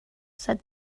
said